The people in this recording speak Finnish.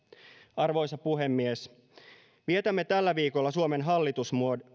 arvoisa puhemies vietämme tällä viikolla suomen hallitusmuodon